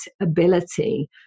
ability